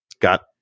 got